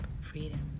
freedom